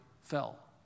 fell